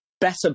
better